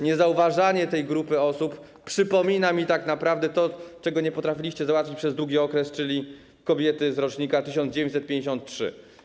Niezauważanie tej grupy osób przypomina mi tak naprawdę tę sprawę, której nie potrafiliście załatwić przez długi okres, czyli sprawę kobiet z rocznika 1953.